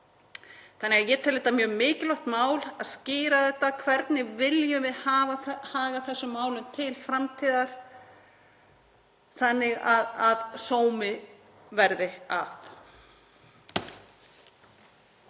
Þannig að ég tel mjög mikilvægt mál að skýra það hvernig viljum við haga þessum málum til framtíðar þannig að sómi verði að.